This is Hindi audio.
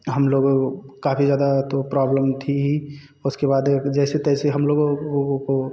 हम लोगों को काफ़ी ज़्यादा तो प्रॉब्लम थी ही उसके बाद एक जैसे तैसे हम लोगों को